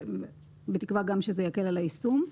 בתקווה שזה גם יקל על היישום.